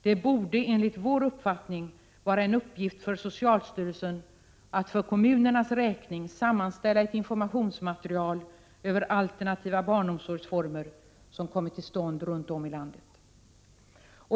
Det borde, enligt vår uppfattning, vara en uppgift för socialstyrelsen att för kommunernas räkning sammanställa ett informationsmaterial över alternativa barnomsorgsformer som kommit till stånd runt om i landet.